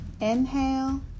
Inhale